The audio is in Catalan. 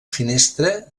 finestra